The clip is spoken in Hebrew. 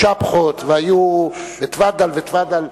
והיו צ'פחות, והיו, תפאדל, ותפאדל.